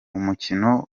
umukino